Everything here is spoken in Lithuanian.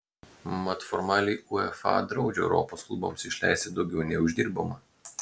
mat formaliai uefa draudžia europos klubams išleisti daugiau nei uždirbama